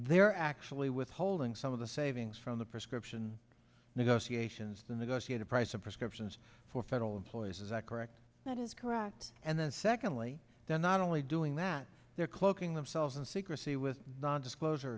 they're actually withholding some of the savings from the prescription negotiations the negotiated price of prescriptions for federal employees is that correct that is correct and then secondly they're not only doing that they're cloaking themselves in secrecy with non disclosure